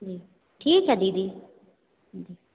ठीक है दीदी